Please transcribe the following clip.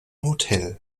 hotel